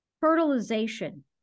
fertilization